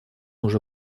уже